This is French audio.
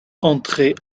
entrées